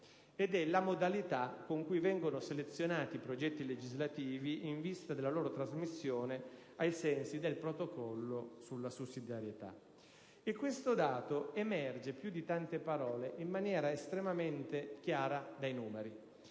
ed è la modalità con cui vengono selezionati i progetti legislativi in vista della loro trasmissione ai sensi del Protocollo sulla sussidiarietà. Questo dato emerge, più di tante parole, in maniera estremamente chiara dai numeri.